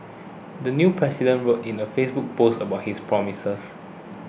the new president wrote in a Facebook post about his promises